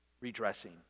redressing